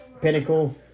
Pinnacle